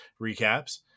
Recaps